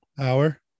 hour